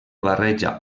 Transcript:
barreja